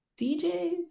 DJs